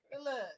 Look